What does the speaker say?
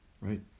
right